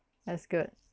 that's good